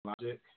logic